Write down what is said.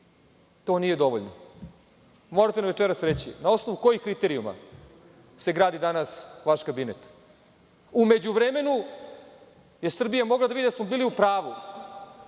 To nije dovoljno. Morate nam večeras reći – na osnovu kojih kriterijuma se gradi danas vaš kabinet?U međuvremenu je Srbija mogla da vidi da smo bili u pravu